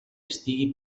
estigui